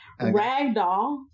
Ragdoll